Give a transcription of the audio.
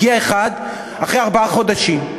הגיע אחד אחרי ארבעה חודשים.